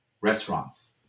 restaurants